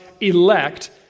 elect